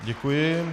Děkuji.